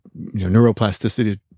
neuroplasticity